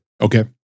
Okay